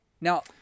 Now